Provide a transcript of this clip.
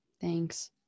thanks